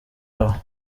aho